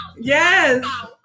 yes